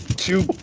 two,